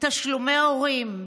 תשלומי הורים,